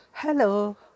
Hello